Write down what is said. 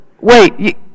Wait